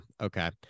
okay